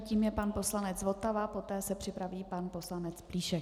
Tím je pan poslanec Votava, poté se připraví pan poslanec Plíšek.